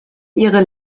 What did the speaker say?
ihre